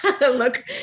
look